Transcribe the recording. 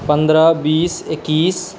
पन्द्रह बीस इक्कीस